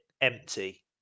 empty